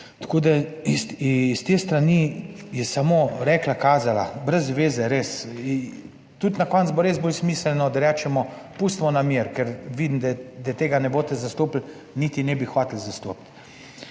Tako da s te strani je samo rekla, kazala. Brez zveze, res. Tudi na koncu bo res bolj smiselno, da rečemo, pustimo pri miru, ker vidim, da tega ne boste razumeli, niti ne bi hoteli razumeti.